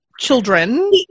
children